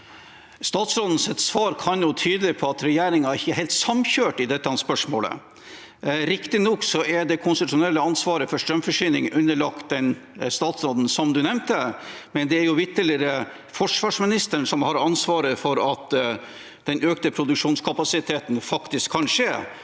Statsrådens svar kan tyde på at regjeringen ikke er helt samkjørt i dette spørsmålet. Riktignok er det konstitusjonelle ansvaret for strømforsyning underlagt den statsråden som ble nevnt, men det er jo vitterlig forsvarsministeren som har ansvaret for at den økte produksjonskapasiteten faktisk kan skje.